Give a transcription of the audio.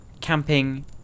camping